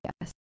yes